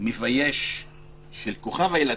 המבייש של כוכב הילדים.